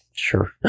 Sure